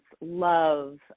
love